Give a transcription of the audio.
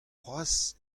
cʼhoazh